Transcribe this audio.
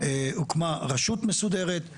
הוקמה רשות מסודרת,